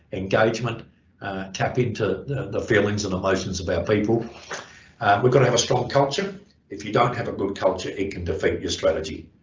engagement tap into the feelings and emotions of our people we've gotta have a strong culture if you don't have a good culture it can defeat your strategy